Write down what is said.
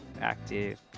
active